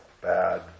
bad